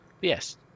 yes